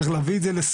צריך להביא את זה לשיח,